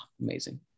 amazing